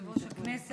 אדוני יושב-ראש הכנסת,